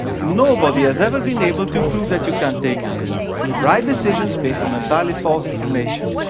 nobody has ever been able to prove that you can take right decisions based on entirely false information.